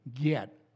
get